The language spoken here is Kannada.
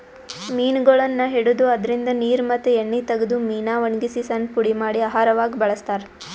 ಮೀನಗೊಳನ್ನ್ ಹಿಡದು ಅದ್ರಿನ್ದ ನೀರ್ ಮತ್ತ್ ಎಣ್ಣಿ ತಗದು ಮೀನಾ ವಣಗಸಿ ಸಣ್ಣ್ ಪುಡಿ ಮಾಡಿ ಆಹಾರವಾಗ್ ಬಳಸ್ತಾರಾ